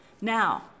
Now